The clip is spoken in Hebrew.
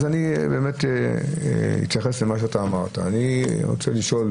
אז אני אתייחס למה שאמרת: אני רוצה לשאול,